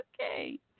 Okay